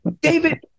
David